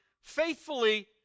faithfully